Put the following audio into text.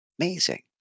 Amazing